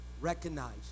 recognize